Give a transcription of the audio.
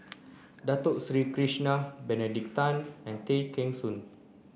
Dato Sri Krishna Benedict Tan and Tay Kheng Soon